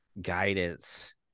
guidance